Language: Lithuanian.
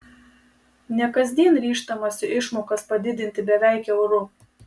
ne kasdien ryžtamasi išmokas padidinti beveik euru